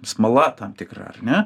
smala tam tikra ar ne